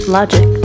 Logic